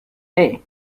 hey